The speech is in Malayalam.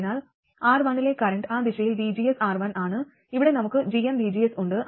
അതിനാൽ R1 ലെ കറന്റ് ആ ദിശയിൽ vgs R1 ആണ് ഇവിടെ നമുക്ക് gmvgs ഉണ്ട്